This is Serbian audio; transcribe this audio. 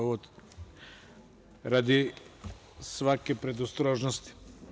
Ovo radi svake predostrožnosti.